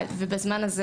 ובזמן הזה